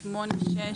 8(6),